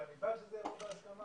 ואני בעד שזה יבוא בהסכמה,